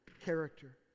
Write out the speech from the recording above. character